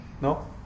No